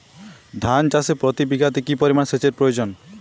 ধান চাষে প্রতি বিঘাতে কি পরিমান সেচের প্রয়োজন?